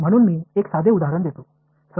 म्हणून मी एक साधे उदाहरण देतो